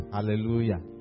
Hallelujah